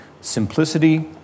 Simplicity